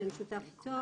במשותף איתו.